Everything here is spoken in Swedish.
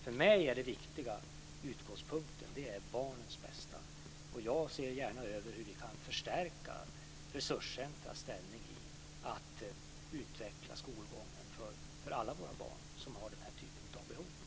För mig är den viktiga utgångspunkten barnens bästa, och jag ser gärna över hur vi kan förstärka resurscentrens ställning när det gäller att utveckla skolgången för alla våra barn som har den här typen av behov.